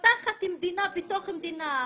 מפתחת מדינה בתוך מדינה,